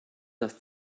das